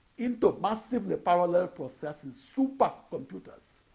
into massively parallel processing supercomputers.